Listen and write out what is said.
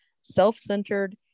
self-centered